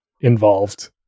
involved